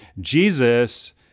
Jesus